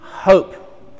Hope